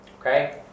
Okay